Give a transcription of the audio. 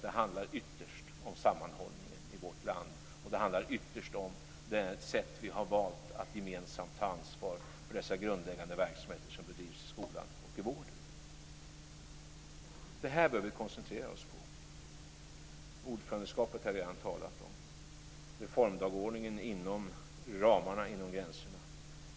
Det handlar ytterst om sammanhållningen i vårt land och om det sätt vi har valt att gemensamt ta ansvar för dessa grundläggande verksamheter som bedrivs i skolan och i vården. Det här behöver vi koncentrera oss på. Ordförandeskapet har jag redan talat om, reformdagordningen inom ramarna och inom gränserna.